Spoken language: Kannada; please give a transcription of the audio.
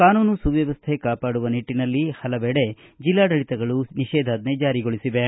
ಕಾನೂನು ಸುವ್ಧವಸ್ಥೆ ಕಾಪಾಡುವ ನಿಟ್ಟನಲ್ಲಿ ಹಲವಡೆ ಜಿಲ್ಲಾಡಳಿತಗಳು ನಿಷೇಧಾಜ್ಞ್ಹೆ ಜಾರಿಗೊಳಿಸಿವೆ